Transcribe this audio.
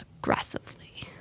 Aggressively